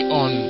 on